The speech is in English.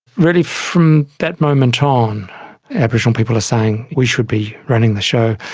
really from that moment ah on aboriginal people are saying we should be running the show.